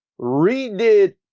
Redid